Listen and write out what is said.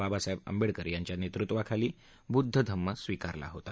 बाबासाहेब आंबेडकर यांच्या नेतृत्त्वाखाली बुद्ध धम्म स्वीकारला होता